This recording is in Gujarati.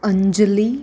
અંજલિ